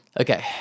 Okay